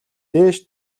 дээш